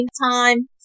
time